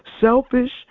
Selfish